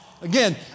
Again